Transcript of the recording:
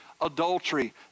adultery